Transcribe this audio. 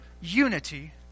unity